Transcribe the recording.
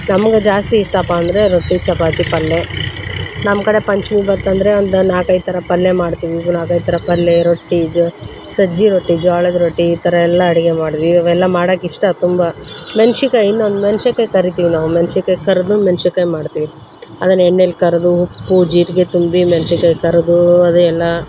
ನಮ್ಗೆ ಜಾಸ್ತಿ ಇಷ್ಟಪ್ಪ ಅಂದರೆ ರೊಟ್ಟಿ ಚಪಾತಿ ಪಲ್ಲೆ ನಮ್ಮ ಕಡೆ ಪಂಚಮಿ ಬಂತಂದ್ರೆ ಒಂದು ನಾಲ್ಕೈದು ಥರ ಪಲ್ಯ ಮಾಡ್ತೀವಿ ಇದು ನಾಲ್ಕೈದು ಥರ ಪಲ್ಲೆ ರೊಟ್ಟಿ ಇದು ಸಜ್ಜೆ ರೊಟ್ಟಿ ಜೋಳದ ರೊಟ್ಟಿ ಈ ಥರ ಎಲ್ಲ ಅಡುಗೆ ಮಾಡಿದ್ವಿ ಇವಾಗೆಲ್ಲ ಮಾಡಕ್ಕೆ ಇಷ್ಟ ತುಂಬ ಮೆಣ್ಸಿಕಾಯಿ ಇನ್ನೊಂದು ಮೆಣ್ಸಿಕಾಯ್ ಕರಿತೀವಿ ನಾವು ಮೆಣ್ಸಿಕಾಯ್ ಕರಿದು ಮೆಣ್ಸಿಕಾಯ್ ಮಾಡ್ತೀವಿ ಅದನ್ನ ಎಣ್ಣೆಲಿ ಕರಿದು ಉಪ್ಪು ಜೀರಿಗೆ ತುಂಬಿ ಮೆಣ್ಸಿನ್ಕಾಯ್ ಕರಿದು ಅದು ಎಲ್ಲ